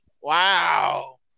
wow